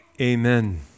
Amen